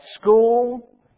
school